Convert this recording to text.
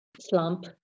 slump